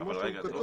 כמו שהוא כתוב,